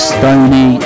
Stoney